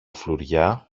φλουριά